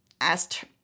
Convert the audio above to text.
asked